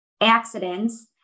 accidents